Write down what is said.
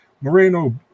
Moreno